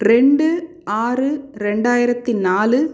ரெண்டு ஆறு ரெண்டாயிரத்தி நாலு